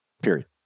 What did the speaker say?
period